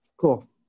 Cool